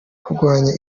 kurwanya